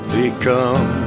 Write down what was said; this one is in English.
become